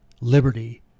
liberty